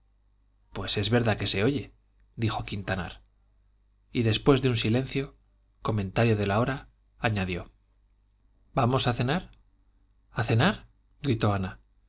pues es verdad que se oye dijo quintanar y después de un silencio comentario de la hora añadió vamos a cenar a cenar gritó ana